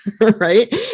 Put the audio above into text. right